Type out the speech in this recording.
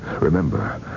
Remember